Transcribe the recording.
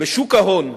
בשוק ההון,